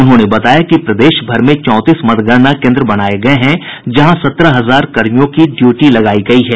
उन्होंने बताया कि प्रदेश भर में चौंतीस मतगणना केन्द्र बनाये गये हैं जहां सत्रह हजार कर्मियों की ड्यूटी लगायी गयी है